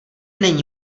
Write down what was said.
není